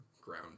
ground